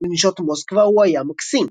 "לנשות מוסקבה הוא היה מקסים".